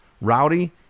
Rowdy